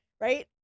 Right